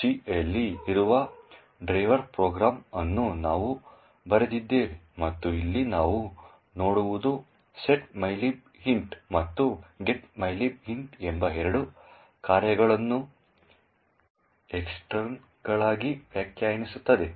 c ಯಲ್ಲಿ ಇರುವ driver program ಅನ್ನು ನಾವು ಬರೆದಿದ್ದೇವೆ ಮತ್ತು ಇಲ್ಲಿ ನಾವು ನೋಡುವುದು ಸೆಟ್ mylib int ಮತ್ತು getmylib int ಎಂಬ ಎರಡು ಕಾರ್ಯಗಳನ್ನು ಎಕ್ಸ್ಟರ್ನ್ಗಳಾಗಿ ವ್ಯಾಖ್ಯಾನಿಸುತ್ತದೆ